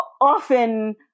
often